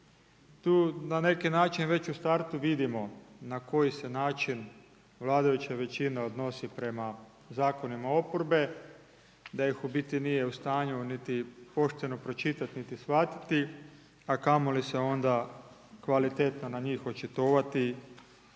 Tu na neki način, već u startu, na koji se način vladajuća većina odnosi prema zakonima oporbe, da ih u biti nije u stanju niti pošteno pročitat, niti shvatiti, a kamoli se onda kvalitetno na njih očitovati